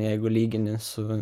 jeigu lygini su